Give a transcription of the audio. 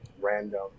random